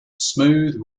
smooth